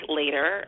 later